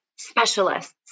specialists